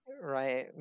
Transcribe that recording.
Right